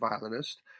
violinist